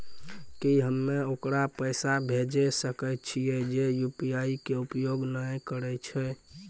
की हम्मय ओकरा पैसा भेजै सकय छियै जे यु.पी.आई के उपयोग नए करे छै?